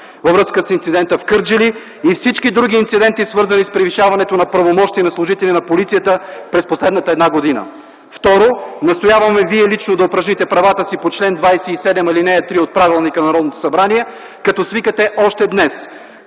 във връзка с инцидента в Кърджали и всички други инциденти, свързани с превишаването на правомощия на служители на полицията през последната една година. Второ, настояваме Вие лично да упражните правата си по чл. 27, ал. 3 от Правилника за организацията и дейността на Народното събрание, като свикате още днес